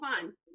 fun